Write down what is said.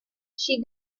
she